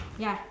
ya